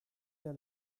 der